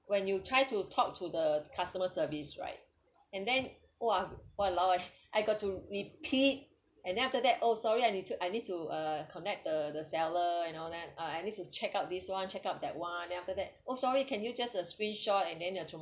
when you try to talk to the customer service right and then !wah! !walao! eh I got to repeat and then after that oh sorry I need to I need to uh connect the the seller and all that uh I need to check out this one check out that one after that oh sorry can you just a screenshot and then you have to